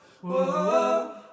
whoa